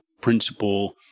principle